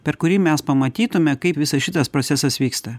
per kurį mes pamatytume kaip visas šitas procesas vyksta